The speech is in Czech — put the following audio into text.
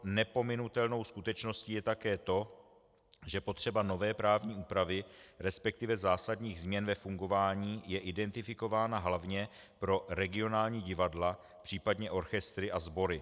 Nepominutelnou skutečností je také to, že potřeba nové právní úpravy, resp. zásadních změn ve fungování je identifikována hlavně pro regionální divadla případně orchestry a sbory.